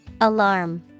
Alarm